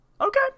Okay